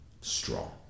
strong